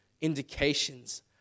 indications